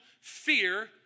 fear